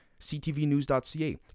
CTVnews.ca